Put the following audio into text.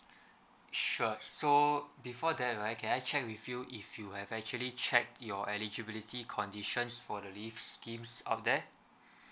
sure so before that right can I check with you if you have actually checked your eligibility conditions for the leave schemes up there